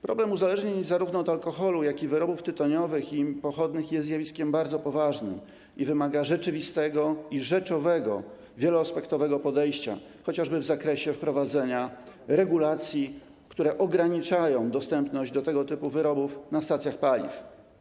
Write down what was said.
Problem uzależnień zarówno od alkoholu, jak i wyrobów tytoniowych i ich pochodnych jest zjawiskiem bardzo poważnym i wymaga rzeczywistego i rzeczowego, wieloaspektowego podejścia, chociażby w zakresie wprowadzenia regulacji, które ograniczają dostępność tego typu wyrobów na stacjach paliw.